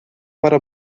para